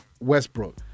Westbrook